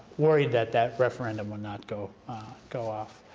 worried that that referendum would not go go off.